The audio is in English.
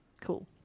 Cool